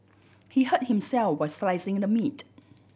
he hurt himself were slicing the meat